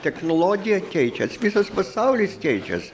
technologija keičias visas pasaulis keičias